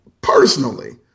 Personally